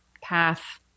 path